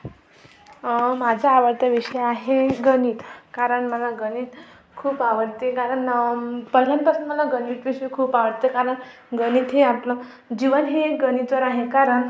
माझा आवडता विषय आहे गणित कारण मला गणित खूप आवडते कारण पहिल्यांदाच मला गणित विषय खूप आवडते कारण गणित हे आपलं जीवन हे गणितावर आहे कारण